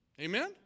Amen